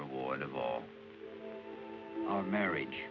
reward of all our marriage